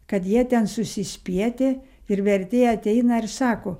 kad jie ten susispietę ir vertėja ateina ir sako